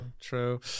True